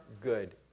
good